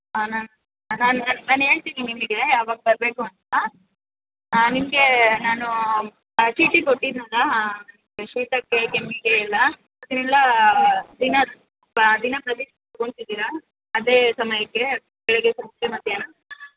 ಹಾಂ ನಾನು ನಾನು ನಾನು ಹೇಳ್ತೀನಿ ನಿಮಗೆ ಯಾವಾಗ ಬರಬೇಕು ಅಂತ ನಿಮಗೆ ನಾನು ಚೀಟಿ ಕೊಟ್ಟಿದ್ದೆನಲ್ಲ ಶೀತಕ್ಕೆ ಕೆಮ್ಮಿಗೆ ಎಲ್ಲ ಅದನ್ನೆಲ್ಲ ದಿನ ದಿನ ಪ್ರತಿದಿನ ತೊಗೊಂತಿದ್ದೀರಾ ಅದೇ ಸಮಯಕ್ಕೆ ಬೆಳಿಗ್ಗೆ ಸಂಜೆ ಮಧ್ಯಾಹ್ನ